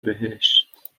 بهشت